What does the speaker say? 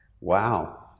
Wow